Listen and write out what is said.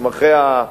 מסמכי החזון, כן.